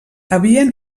havien